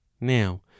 Now